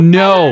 no